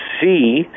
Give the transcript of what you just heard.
see